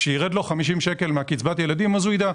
כשירד לו 50 שקל מקצבת הילדים אז הוא יידע,